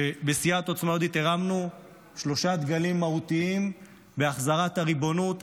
שבסיעת עוצמה יהודית הרמנו שלושה דגלים מהותיים בהחזרת הריבונות,